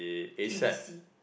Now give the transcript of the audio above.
T_B_C